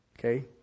Okay